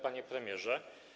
Panie Premierze!